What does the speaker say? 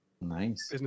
Nice